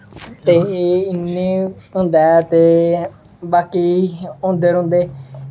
ते इ'यां होंदा ऐ ते बाकी होंदे रौहंदे